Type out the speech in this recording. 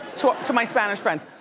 to to my spanish friends.